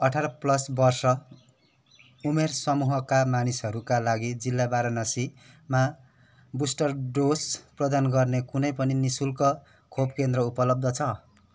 अठार प्लस वर्ष उमेर समूहका मानिसहरूका लागि जिल्ला वाराणसीमा बुस्टर डोज प्रदान गर्ने कुनै पनि नि शुल्क खोप केन्द्र उपलब्ध छ